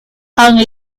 and